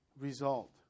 result